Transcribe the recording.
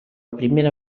primera